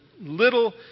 little